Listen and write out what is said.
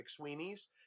mcsweeney's